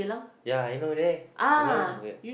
ya I know there I know